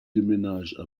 déménage